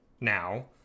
now